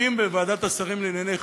החוקים בוועדת השרים לענייני חקיקה,